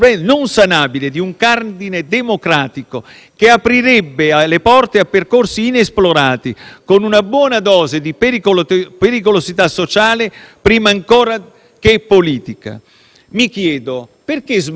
con una buona dose di pericolosità sociale prima ancora che politica. Mi chiedo perché smantellare la nostra democrazia, la Repubblica italiana, insinuando criteri che nella democrazia non esistono.